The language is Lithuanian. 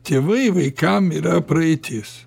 tėvai vaikam yra praeitis